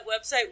website